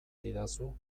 didazu